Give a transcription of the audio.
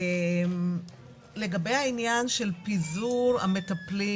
לגבי העניין של פיזור המטפלים